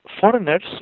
foreigners